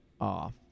off